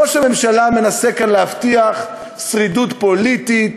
ראש הממשלה מנסה כאן להבטיח שרידות פוליטית.